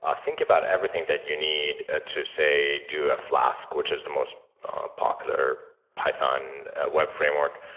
ah think about everything that you need ah to say do a flask, which is the most popular python web framework,